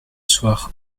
soir